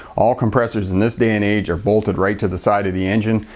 all compressors in this day and age are bolted right to the side of the engine.